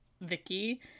vicky